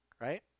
right